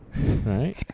right